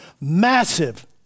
massive